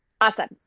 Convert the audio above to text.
Awesome